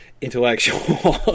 intellectual